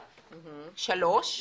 23ב(ב)(3),